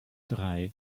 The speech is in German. drei